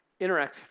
Interactive